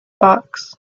backs